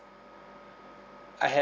I have